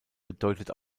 bedeutet